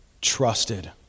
trusted